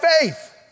faith